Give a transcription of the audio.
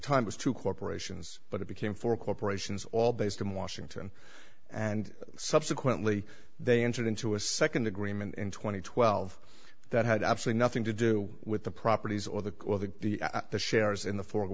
time was to corporations but it became for corporations all based in washington and subsequently they entered into a second agreement in two thousand and twelve that had absolutely nothing to do with the properties or the call that the shares in the for